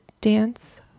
dance